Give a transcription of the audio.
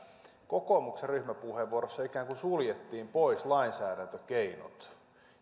kokoomuksen ryhmäpuheenvuorossa ikään kuin suljettiin pois lainsäädäntökeinot